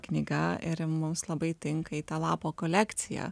knyga ir ji mums labai tinka į tą lapo kolekciją